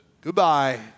Goodbye